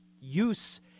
use